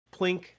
plink